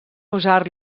usar